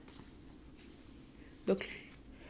the chlorine will dry up my skin instantly